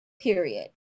period